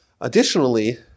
Additionally